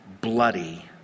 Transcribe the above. bloody